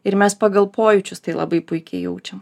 ir mes pagal pojūčius tai labai puikiai jaučiam